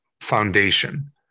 foundation